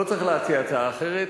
לא צריך להציע הצעה אחרת.